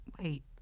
Wait